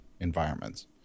environments